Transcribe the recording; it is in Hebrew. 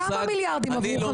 ווליד, כמה מיליארד עברו?